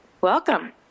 Welcome